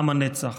עם הנצח.